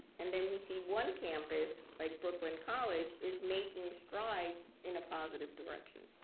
and then we see one campus like brooklyn college, is making strides in a positive direction.